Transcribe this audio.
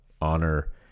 honor